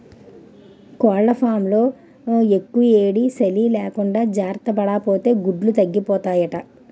కోళ్లఫాంలో యెక్కుయేడీ, సలీ లేకుండా జార్తపడాపోతే గుడ్లు తగ్గిపోతాయట